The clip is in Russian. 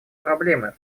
проблемы